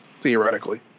theoretically